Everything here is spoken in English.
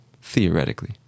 Theoretically